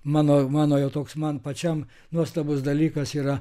mano mano jau toks man pačiam nuostabus dalykas yra